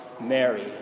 Mary